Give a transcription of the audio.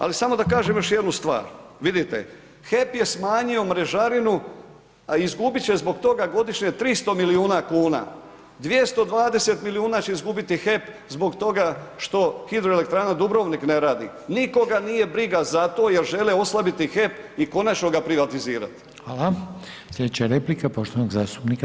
Ali samo da kažem još jednu stvar, vidite, HEP je smanjio mrežarinu, a izgubit će zbog toga godišnje 300 milijuna kuna, 220 milijuna će izgubiti HEP zbog toga što hidroelektrana Dubrovnik ne radi, nikoga nije briga za to jer žele oslabiti HEP i konačno ga privatizirati.